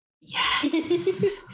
Yes